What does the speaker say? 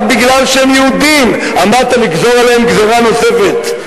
רק משום שהם יהודים עמדת לגזור עליהם גזירה נוספת,